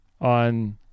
on